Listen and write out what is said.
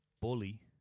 Bully